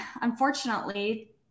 unfortunately